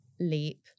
leap